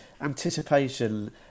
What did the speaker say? anticipation